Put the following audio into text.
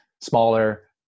smaller